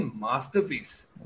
masterpiece